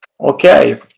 Okay